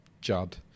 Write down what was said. Judd